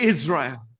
Israel